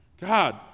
God